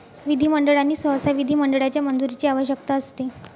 विधिमंडळ आणि सहसा विधिमंडळाच्या मंजुरीची आवश्यकता असते